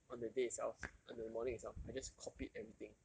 on the day itself on the morning itself I just copied everything